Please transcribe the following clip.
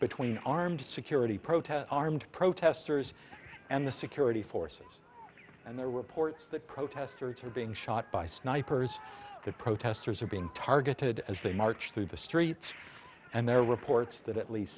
between armed security protests armed protesters and the security forces and there were reports that protesters are being shot by snipers that protesters are being targeted as they march through the streets and there are reports that at least